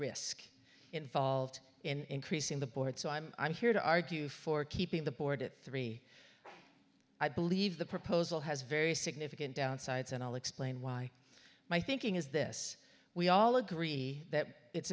risk involved in increasing the board so i'm i'm here to argue for keeping the board at three i believe the proposal has very significant downsides and i'll explain why my thinking is this we all agree that it's